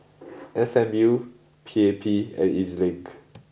S M U P A P and Ez Link